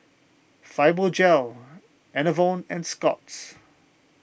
Fibogel Enervon and Scott's